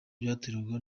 byaterwaga